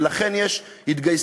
ולכן יש התגייסות,